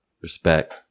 Respect